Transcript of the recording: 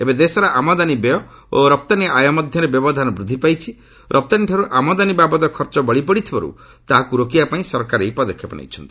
ଏବେ ଦେଶର ଆମଦାନୀ ବ୍ୟୟ ଓ ରପ୍ତାନୀ ଆୟ ମଧ୍ୟରେ ବ୍ୟବଧାନ ବୃଦ୍ଧି ପାଇଛି ରପ୍ତାନୀଠାରୁ ଆମଦାନୀ ବାବଦ ଖର୍ଚ୍ଚ ବଳି ପଡ଼ୁଥିବାରୁ ତାହାକୁ ରୋକିବା ପାଇଁ ସରକାର ଏହି ପଦକ୍ଷେପ ନେଇଛନ୍ତି